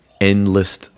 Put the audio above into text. endless